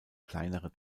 kleinere